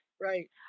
Right